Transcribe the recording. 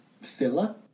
filler